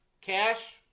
Cash